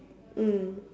mm